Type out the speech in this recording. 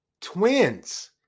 twin's